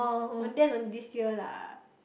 Pontian don't this year lah